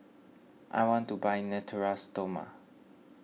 I want to buy Natura Stoma